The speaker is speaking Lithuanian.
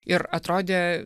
ir atrodė